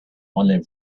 only